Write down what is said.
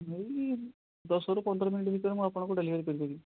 ଏଇ ଦଶରୁ ପନ୍ଦର ମିନିଟ୍ ଭିତରେ ମୁଁ ଆପଣଙ୍କୁ ଡେଲିଭର କରିପାରିବି